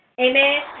Amen